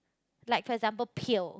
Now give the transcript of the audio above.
like for example pail